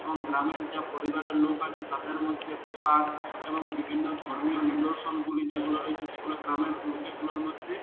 এবং গ্রামের যা পরিবারের লোক আছে তাদের মধ্যে প্রসাদ এবং বিভিন্ন ধর্মীয় নিদর্শনগুলি যেগুলো রয়েছে সেগুলো গ্রামের লোকেগুলোর মধ্যে